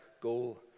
goal